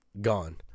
Gone